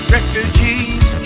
Refugees